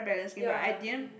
ya they